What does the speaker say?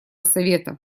совета